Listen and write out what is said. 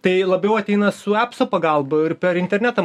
tai labiau ateina su apso pagalba ir per internetą